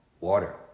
water